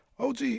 OG